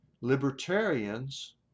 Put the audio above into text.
libertarians